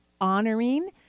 honoring